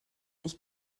ich